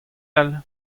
all